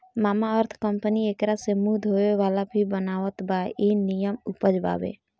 Mamaearth company एकरा से मुंह धोए वाला भी बनावत बा इ निमन उपज बावे